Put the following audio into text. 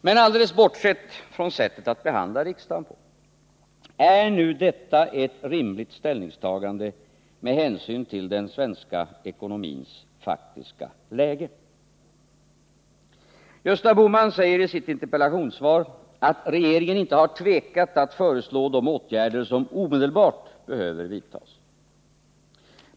Men alldeles bortsett från sättet att behandla riksdagen: Är nu detta ett rimligt ställningstagande med hänsyn till den svenska ekonomins faktiska läge? Gösta Bohman säger i sitt interpellationssvar att regeringen inte har tvekat att föreslå de åtgärder som omedelbart behöver vidtas.